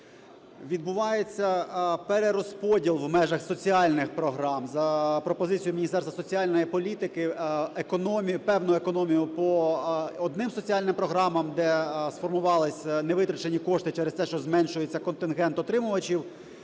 Відбувається перерозподіл в межах соціальних програм. За пропозицією Міністерства соціальної політики певну економію по одним соціальним програмам, де сформувалися невитрачені кошти через те, що зменшується контингент отримувачів,